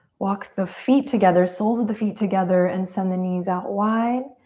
walk the feet together, soles of the feet together and send the knees out wide.